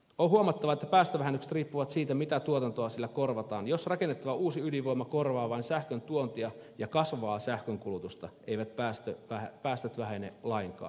ohjelma tulee päästämään riippuvat siitä mitä tuotantoa sillä korvataan jos rakennettava uusi ydinvoima korvaa vain sähköntuontia ja kasvavaa sähkönkulutusta eivät päästöt vähene lainkaan